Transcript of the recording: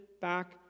back